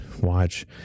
watch